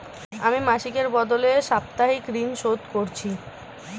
আমি মাসিকের বদলে সাপ্তাহিক ঋন শোধ করছি